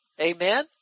Amen